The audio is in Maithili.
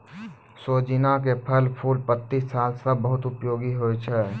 सोजीना के फल, फूल, पत्ती, छाल सब बहुत उपयोगी होय छै